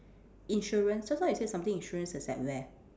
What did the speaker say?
insurance just now you say something insurance is at where